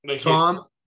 Tom